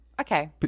Okay